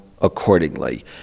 accordingly